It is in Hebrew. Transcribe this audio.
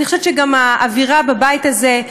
אני חושבת שגם האווירה בבית הזה,